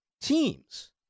teams